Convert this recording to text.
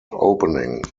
opening